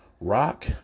Rock